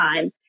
time